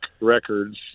records